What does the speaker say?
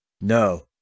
No